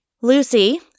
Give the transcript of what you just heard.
Lucy